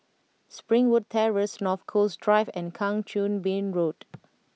Springwood Terrace North Coast Drive and Kang Choo Bin Road